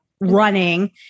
running